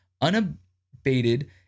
unabated